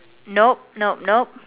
nope nope nope